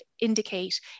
indicate